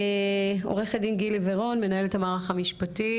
עו"ד גילי ורון, מנהלת המערך המשפטי